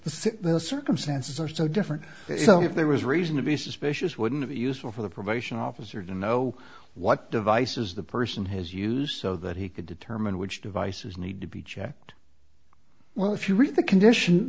because the circumstances are so different so if there was reason to be suspicious wouldn't it be useful for the prevention officer to know what devices the person has used so that he could determine which devices need to be checked well if you read the condition